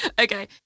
Okay